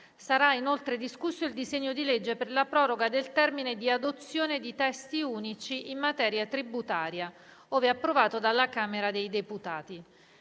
Sarà inoltre discusso il disegno di legge per la proroga del termine di adozione di testi unici in materia tributaria, ove approvato dalla Camera dei deputati.